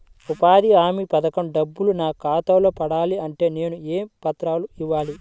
ఉపాధి హామీ పథకం డబ్బులు నా ఖాతాలో పడాలి అంటే నేను ఏ పత్రాలు ఇవ్వాలి?